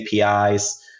APIs